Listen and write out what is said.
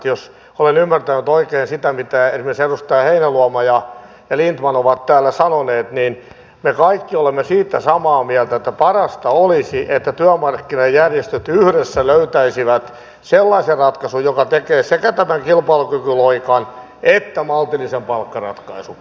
jos olen ymmärtänyt oikein sen mitä esimerkiksi edustajat heinäluoma ja lindtman ovat täällä sanoneet niin me kaikki olemme siitä samaa mieltä että parasta olisi että työmarkkinajärjestöt yhdessä löytäisivät sellaisen ratkaisun joka tekee sekä tämän kilpailukykyloikan että maltillisen palkkaratkaisun